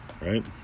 Right